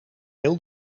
heel